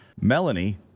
Melanie